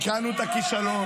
תיקנו את הכישלון,